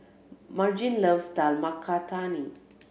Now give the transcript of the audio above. Margene loves Dal Makhani